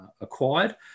acquired